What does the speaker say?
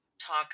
talk